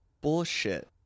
bullshit